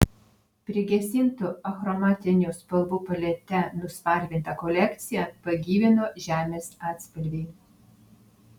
prigesintų achromatinių spalvų palete nuspalvintą kolekciją pagyvino žemės atspalviai